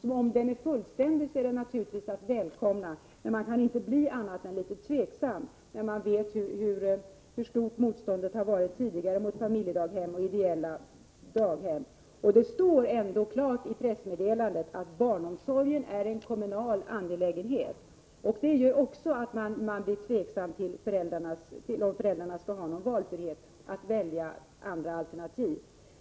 Om den är fullständig är det naturligtvis att välkomna, men man kan inte bli annat än tveksam när man vet hur stort motståndet har varit tidigare mot familjedaghem och ideella daghem. Det står ändå klart i pressmeddelandet att barnomsorgen är en kommunal angelägenhet. Detta gör också att man blir tveksam till om föräldrarna får någon frihet att välja andra alternativ.